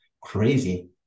Crazy